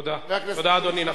אדוני, תודה.